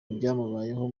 ibyamubayeho